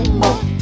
more